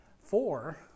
four